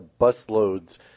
busloads